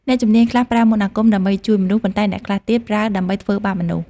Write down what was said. អ្នកជំនាញខ្លះប្រើមន្តអាគមដើម្បីជួយមនុស្ស ប៉ុន្តែអ្នកខ្លះទៀតប្រើដើម្បីធ្វើបាបមនុស្ស។